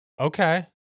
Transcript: okay